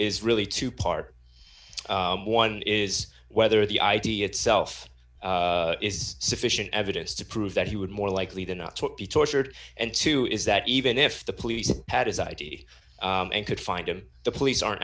is really two part one is whether the idea itself is sufficient evidence to prove that he would more likely than not be tortured and two is that even if the police had his id and could find him the police aren't